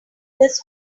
this